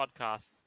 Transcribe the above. Podcasts